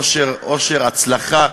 אושר, עושר, הצלחה.